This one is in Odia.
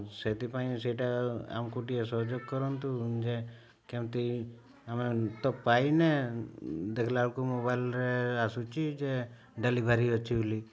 ସେଥିପାଇଁ ସେଇଟା ଆମକୁ ଟିକେ ସହଯୋଗ କରନ୍ତୁ ଯେ କେମିତି ଆମେ ତ ପାଇନେ ଦେଖିଲା ବେଳକୁ ମୋବାଇଲ୍ରେ ଆସୁଛି ଯେ ଡେଲିଭରି ଅଛି ବୋଲି